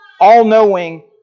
all-knowing